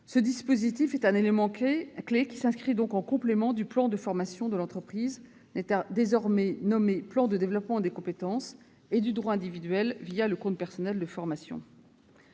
Ce dispositif est un élément clé, qui s'inscrit en complément du plan de formation de l'entreprise, désormais nommé « plan de développement des compétences », et du droit individuel, le compte personnel de formation,